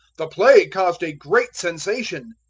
the play caused a great sensation.